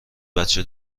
بچه